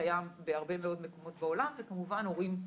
קיים בהרבה מאוד מקומות בעולם וכמובן הורים ,